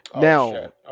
Now